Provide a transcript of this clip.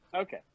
okay